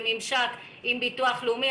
בממשק עם ביטוח לאומי.